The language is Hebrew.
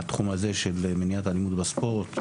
בתחום של מניעת אלימות בספורט.